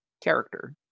character